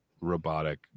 robotic